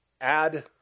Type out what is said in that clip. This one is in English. add